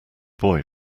boy